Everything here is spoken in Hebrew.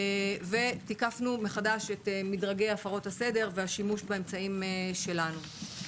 תיקפנו מחדש את מדרגי הפרות הסדר והשימוש באמצעים שלנו.